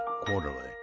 Quarterly